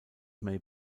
may